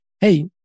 Hey